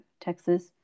Texas